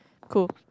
cool